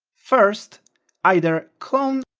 first either clone